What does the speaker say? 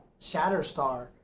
Shatterstar